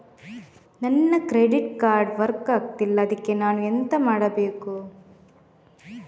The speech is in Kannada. ನನ್ನ ಕ್ರೆಡಿಟ್ ಕಾರ್ಡ್ ವರ್ಕ್ ಆಗ್ತಿಲ್ಲ ಅದ್ಕೆ ನಾನು ಎಂತ ಮಾಡಬೇಕು?